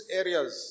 areas